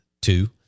two